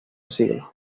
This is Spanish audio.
siglo